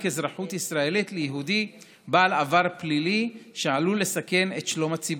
אזרחות ישראלית ליהודי בעל עבר פלילי שעלול לסכן את שלום הציבור.